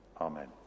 Amen